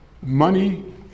Money